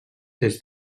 des